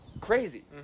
crazy